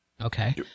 Okay